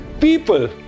People